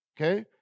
Okay